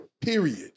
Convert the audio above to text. Period